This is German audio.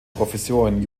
professorin